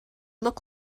look